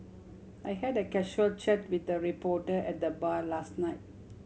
I had a casual chat with a reporter at the bar last night